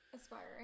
Aspiring